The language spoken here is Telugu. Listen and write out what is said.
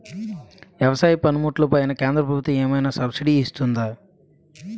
వ్యవసాయ పనిముట్లు పైన కేంద్రప్రభుత్వం ఏమైనా సబ్సిడీ ఇస్తుందా?